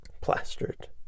plastered